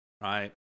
right